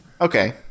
Okay